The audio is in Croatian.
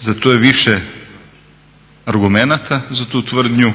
Za to je više argumenata za tu tvrdnju.